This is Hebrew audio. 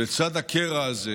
לצד הקרע הזה,